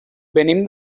venim